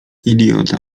idiota